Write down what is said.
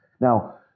Now